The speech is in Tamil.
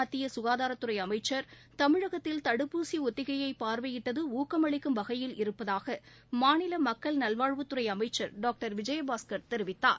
மத்திய சுகாதாரத்துறை அமைச்சர் தமிழகத்தில் தடுப்பூசி ஒத்திகையை பார்வையிட்டது ஊக்கமளிக்கும் வகையில் இருப்பதாக மாநில மக்கள் நல்வாழ்வுத்துறை அமைச்சர் டாக்டர் விஜயபாஸ்கர் தெரிவித்தார்